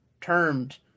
termed